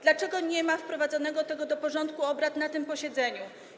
Dlaczego nie ma go wprowadzonego do porządku obrad na tym posiedzeniu?